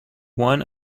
one